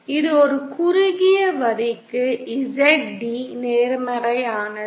இது ஒரு குறுகிய வரிக்கு Zd நேர்மறையானது